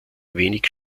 wenig